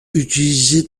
utilisées